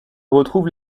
retrouve